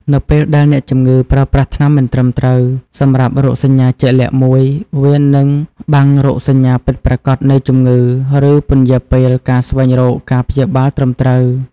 នៅពេលដែលអ្នកជំងឺប្រើប្រាស់ថ្នាំមិនត្រឹមត្រូវសម្រាប់រោគសញ្ញាជាក់លាក់មួយ វានឹងបាំងរោគសញ្ញាពិតប្រាកដនៃជំងឺ ឬពន្យារពេលការស្វែងរកការព្យាបាលត្រឹមត្រូវ។